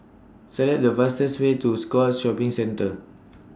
Select The fastest Way to Scotts Shopping Centre